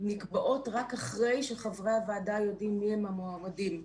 נקבעות רק אחרי שחברי הוועדה יודעים מיהם המועמדים.